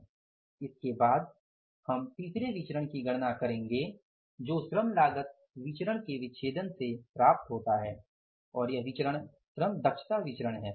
इसके बाद हम तीसरे विचरण की गणना करेंगे जो श्रम लागत विचरण के विच्छेदन से प्राप्त होता है और यह विचरण श्रम दक्षता विचरण है